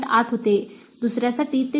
8 होते दुसर्यासाठी ते 4